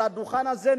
על הדוכן הזה,